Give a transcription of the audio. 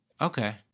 Okay